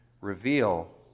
reveal